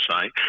say